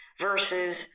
versus